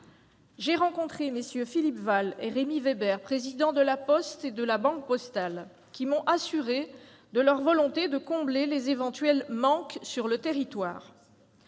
J'ai rencontré MM. Philippe Wahl et Rémy Weber, présidents respectifs de La Poste et de La Banque postale, qui m'ont assurée de leur volonté de combler les éventuels manques sur le territoire.